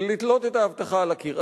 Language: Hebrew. תתלה את ההבטחה על הקיר.